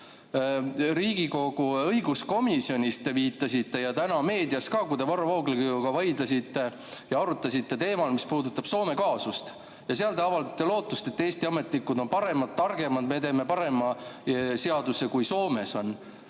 Riigikogu õiguskomisjonis ja täna meedias ka – kui te Varro Vooglaiuga vaidlesite ja arutasite teemal, mis puudutab Soome kaasust – te avaldasite lootust, et Eesti ametnikud on paremad, targemad ja me teeme parema seaduse, kui Soomes on,